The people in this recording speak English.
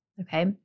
okay